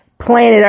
planet